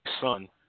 son